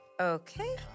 Okay